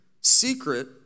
secret